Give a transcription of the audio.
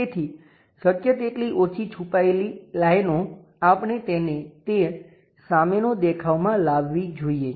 તેથી શક્ય તેટલી ઓછી છુપાયેલ લાઇનો આપણે તેને તે સામેનો દેખાવમાં લાવવી જોઈએ